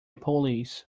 police